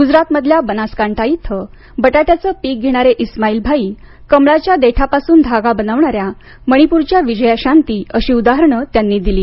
गुजरात मधल्या बनासकांठा इथे बटाट्याचे पीक घेणारे इस्माईल भाई कमळाच्या देठापासून धागा बनवणा या मणिपूरच्या विजयाशांती अशी उदाहरणं त्यांनी दिली